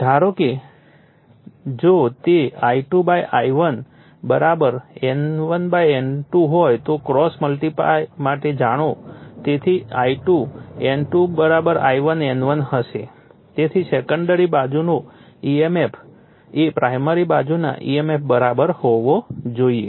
ધારો કે જો તે I2 I1 N1 N2 હોય તો ક્રોસ મલ્ટીપ્લાય માટે જાઓ તેથી I2 N2 I1 N1 થશે તેથી સેકન્ડરી બાજુ ઉપરનો emf એ પ્રાઇમરી બાજુના emf બરાબર હોવો જોઈએ